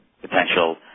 potential